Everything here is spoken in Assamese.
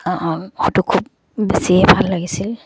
অঁ হয়টো খুব বেছিয়ে ভাল লাগিছিল